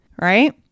right